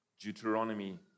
Deuteronomy